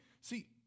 See